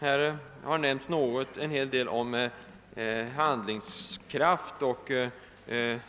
Här har diskuterats vem som har handlingskraft och vem